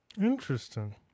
Interesting